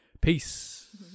Peace